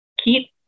keep